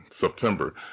September